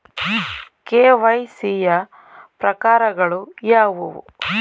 KYC ಯ ಪ್ರಕಾರಗಳು ಯಾವುವು?